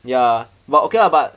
ya but okay lah but